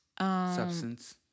Substance